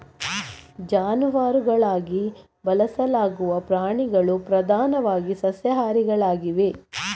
ಜಾನುವಾರುಗಳಾಗಿ ಬಳಸಲಾಗುವ ಪ್ರಾಣಿಗಳು ಪ್ರಧಾನವಾಗಿ ಸಸ್ಯಾಹಾರಿಗಳಾಗಿವೆ